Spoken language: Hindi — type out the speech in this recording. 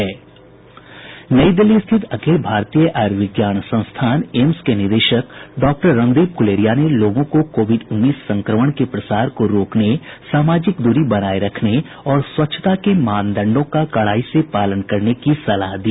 नई दिल्ली स्थित भारतीय आयुर्विज्ञान संस्थान एम्स के निदेशक डॉक्टर रणदीप गुलेरिया ने लोगों को कोविड उन्नीस संक्रमण के प्रसार को रोकने सामाजिक दूरी बनाए रखने और स्वच्छता के मानदंडों का कडाई से पालने करने की सलाह दी